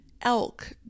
elk